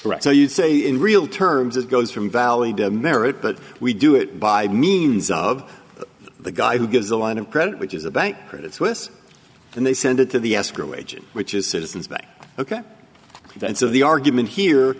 thread so you say in real terms it goes from value merit but we do it by means of the guy who gives a line of credit which is a bank credit suisse and they send it to the escrow agent which is citizens bank ok and so the argument here